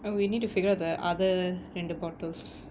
and we need to figure the other ரெண்டு:rendu bottles